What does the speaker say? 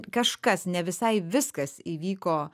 kažkas ne visai viskas įvyko